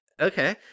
Okay